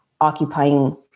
occupying